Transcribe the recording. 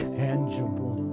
tangible